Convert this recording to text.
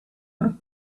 her